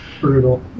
Brutal